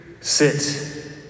Sit